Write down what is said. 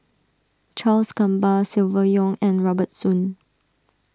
Charles Gamba Silvia Yong and Robert Soon